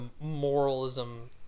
moralism